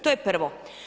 To je prvo.